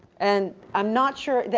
and i'm not sure that,